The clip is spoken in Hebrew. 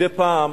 מדי פעם,